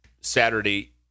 Saturday